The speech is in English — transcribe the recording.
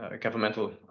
governmental